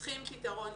צריכים פתרון,